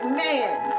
man